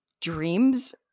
dreams